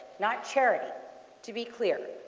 not charity to be clear.